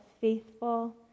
faithful